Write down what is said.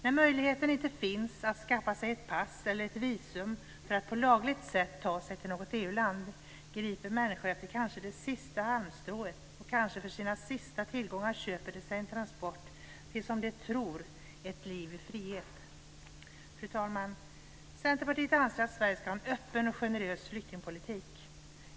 När möjligheten inte finns att skaffa sig ett pass eller ett visum för att på lagligt sätt ta sig till något EU-land griper människor efter kanske det sista halmstrået, och kanske för sina sista tillgångar köper de sig en transport till, som de tror, ett liv i frihet. Fru talman! Centerpartiet anser att Sverige ska ha en öppen och generös flyktingpolitik.